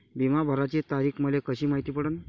बिमा भराची तारीख मले कशी मायती पडन?